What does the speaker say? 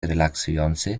relaksujący